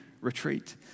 retreat